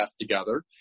together